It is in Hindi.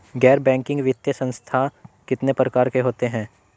गैर बैंकिंग वित्तीय संस्थान कितने प्रकार के होते हैं?